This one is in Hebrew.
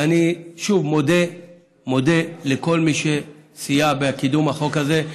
ואני שוב מודה לכל מי שסייע בקידום החוק הזה,